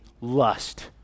lust